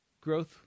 growth